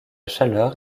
chaleur